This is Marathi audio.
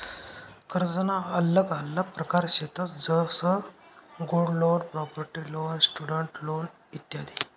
कर्जना आल्लग आल्लग प्रकार शेतंस जसं gold loan, property loan, student loan इत्यादी